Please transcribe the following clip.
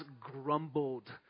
grumbled